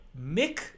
Mick